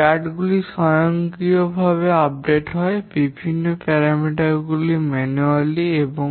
চার্টগুলি স্বয়ংক্রিয়ভাবে আপডেট হয় বিভিন্ন পরামিতিগুলি ম্যানুয়ালি এবং